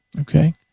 Okay